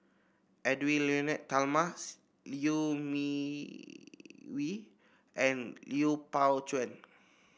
Edwy Lyonet Talma Liew Mee Wee and Lui Pao Chuen